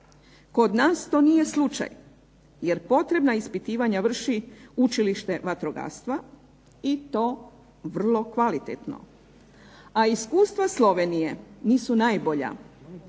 kod nas nije slučaj jer potrebna ispitivanja vrši učilište vatrogastva i to vrlo kvalitetno, a iskustva Slovenije nisu najbolja,